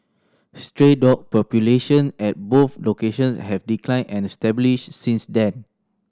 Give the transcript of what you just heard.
stray dog population at both locations have declined and since then